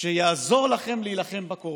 שיעזור לכם להילחם בקורונה.